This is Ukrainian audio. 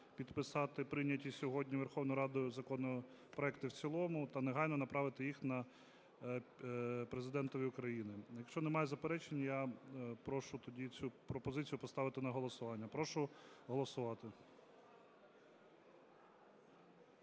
підписати прийняті сьогодні Верховною Радою законопроекти в цілому та негайно направити їх Президентові України. Якщо немає заперечень, я прошу тоді цю пропозицію поставити на голосування. Прошу голосувати.